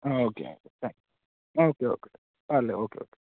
okay okay thanks okay okay పర్లేదు okay okay